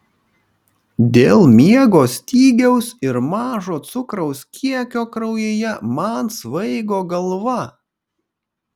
dėl miego stygiaus ir mažo cukraus kiekio kraujyje man svaigo galva